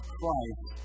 Christ